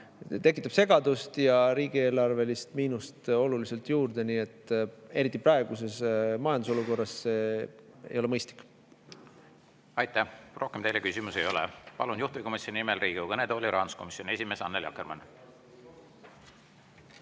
tekitab segadust ja riigieelarvelist miinust oluliselt juurde, nii et eriti praeguses majandusolukorras see ei ole mõistlik. Aitäh! Rohkem teile küsimusi ei ole. Palun juhtivkomisjoni nimel Riigikogu kõnetooli rahanduskomisjoni esimehe Annely Akkermanni.